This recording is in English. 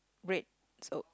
red so